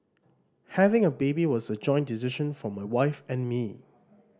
having a baby was a joint decision for my wife and me